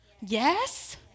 yes